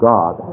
God